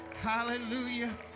Hallelujah